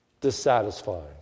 dissatisfying